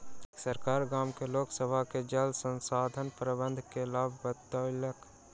सरकार गाम के लोक सभ के जल संसाधन प्रबंधन के लाभ बतौलक